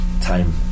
time